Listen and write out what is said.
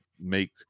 make